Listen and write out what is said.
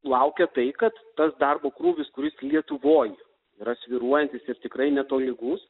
laukia tai kad tas darbo krūvis kuris lietuvoj yra svyruojantis ir tikrai netolygus